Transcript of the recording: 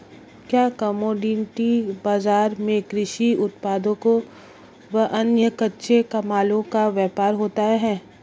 क्या कमोडिटी बाजार में कृषि उत्पादों व अन्य कच्चे मालों का व्यापार होता है?